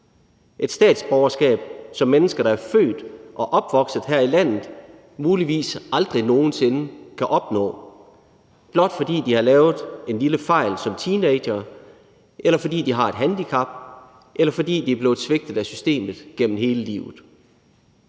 et statsborgerskab, som mennesker, der er født og opvokset her i landet, muligvis aldrig nogen sinde kan opnå, blot fordi de har lavet en lille fejl som teenagere, eller fordi de har et handicap, eller fordi de er blevet svigtet af systemet gennem hele livet.